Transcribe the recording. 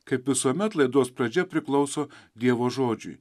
kaip visuomet laidos pradžia priklauso dievo žodžiui